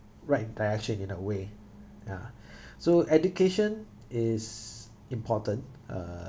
right direction in a way ya so education is important uh